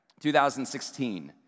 2016